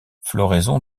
floraison